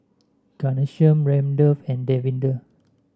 Ghanshyam Ramdev and Davinder